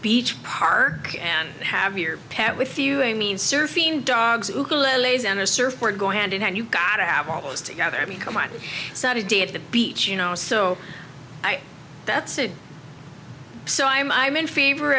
beach park and have your pet with you a mean sir fim dogs on a surfboard going hand in hand you've got to have all this together i mean come on saturday at the beach you know so that's it so i'm i'm in favor